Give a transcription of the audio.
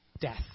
death